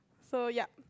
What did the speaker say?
so yup